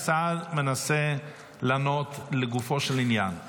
השר מנסה לענות לגופו של עניין,